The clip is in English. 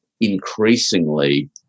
increasingly